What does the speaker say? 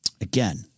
Again